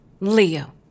Leo